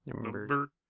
Number